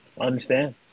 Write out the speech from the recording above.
understand